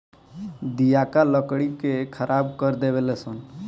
दियाका लकड़ी के खराब कर देवे ले सन